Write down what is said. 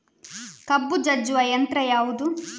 ಕಬ್ಬು ಜಜ್ಜುವ ಯಂತ್ರ ಯಾವುದು?